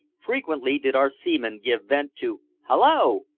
frequently did our seaman give vent to hallo!